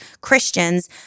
Christians